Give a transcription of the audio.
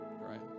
Right